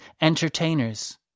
entertainers